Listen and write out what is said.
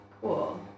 cool